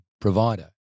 provider